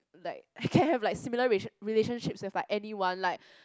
like can have like similar relationships with like anyone like